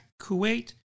Kuwait